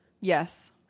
Yes